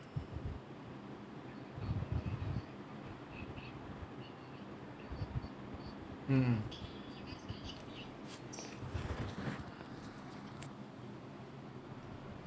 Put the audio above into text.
mm